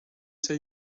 say